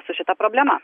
su šita problema